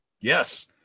Yes